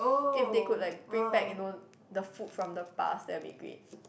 if they could like bring back you know the food from the past that will be great